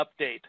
update